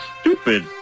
stupid